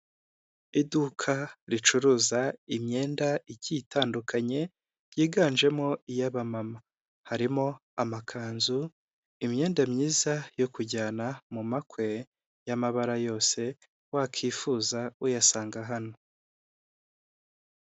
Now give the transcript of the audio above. Iduka ricuruza imyenda igiye itandukanye higanjemo iy'abamama harimo amakanzu, imyenda myiza yo kujyana mu makwe y'amabara yose wakifuza uyasanga hano.